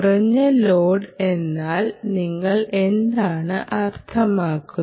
കുറഞ്ഞ ലോഡ് എന്നാൽ നിങ്ങൾ എന്താണ് അർത്ഥമാക്കുന്നത്